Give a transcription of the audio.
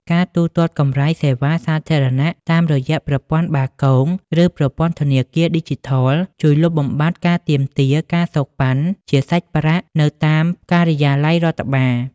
ការទូទាត់កម្រៃសេវាសាធារណៈតាមរយៈ ប្រព័ន្ធបាគង ឬប្រព័ន្ធធនាគារឌីជីថល ជួយលុបបំបាត់ការទាមទារ ការសូកប៉ាន់ ជាសាច់ប្រាក់នៅតាមការិយាល័យរដ្ឋបាល។